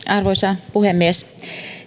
arvoisa puhemies